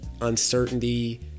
uncertainty